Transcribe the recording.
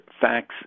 facts